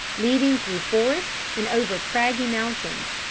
leading through forests and over craggy mountains,